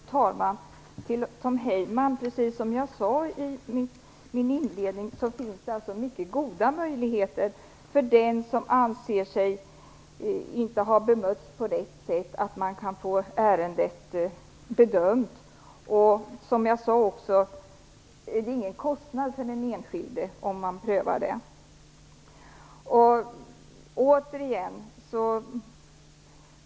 Fru talman! Jag vill säga till Tom Heyman precis vad jag sade i mitt första anförande. Det finns mycket goda möjligheter för den som anser sig inte ha bemötts på rätt sätt att få ett ärende bedömt. Som jag också sade är ingen kostnad för den enskilde förenad med en prövning.